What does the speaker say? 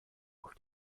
auf